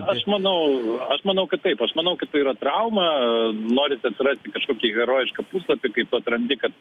aš manau aš manau kad taip aš manau kad tai yra trauma norint atsirasti kažkokį herojišką puslapį kaip atrandi kad